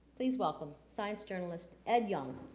please welcome science journalist ed yong.